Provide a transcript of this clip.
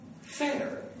fair